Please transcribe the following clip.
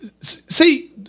See